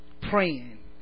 praying